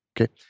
Okay